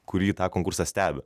kurį tą konkursą stebi